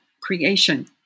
creation